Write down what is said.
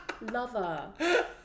Lover